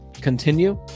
continue